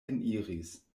eniris